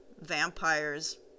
vampires